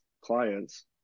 clients